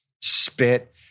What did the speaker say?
spit